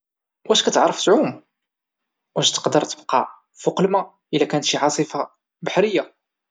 واش كتعرف تعوم، واش تقدر تبقى فوق الما ايلا كانت شي عاصفه بحرية؟